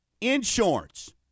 Insurance